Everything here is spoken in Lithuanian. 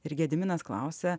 ir gediminas klausia